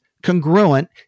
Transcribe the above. congruent